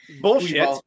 Bullshit